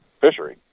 fishery